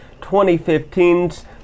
2015's